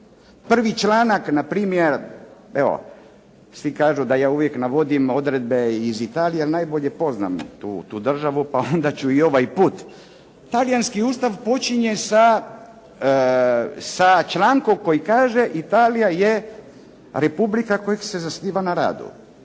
prvi članak na primjer, svi uvijek kažu da ja navodim odredbe iz Italije ali najbolje poznam tu državu pa ću i ovaj put. Talijanski ustav počinje sa člankom koji kaže Italija je država koja se zasniva na radu.